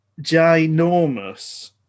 ginormous